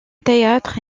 théâtre